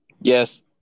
Yes